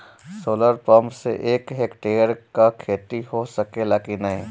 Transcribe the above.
Solar pump से एक hectare क खेती हो सकेला की नाहीं?